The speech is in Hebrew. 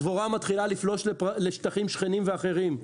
הדבורה מתחילה לפלוש לשטחים שכנים ואחרים.